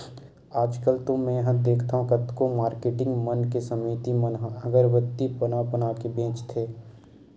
आजकल तो मेंहा देखथँव कतको मारकेटिंग मन के समिति मन ह अगरबत्ती बना बना के बेंचथे